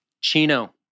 Chino